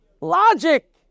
logic